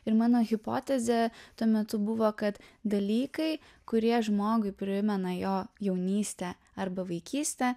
ir mano hipotezė tuo metu buvo kad dalykai kurie žmogui primena jo jaunystę arba vaikystę